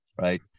right